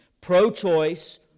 pro-choice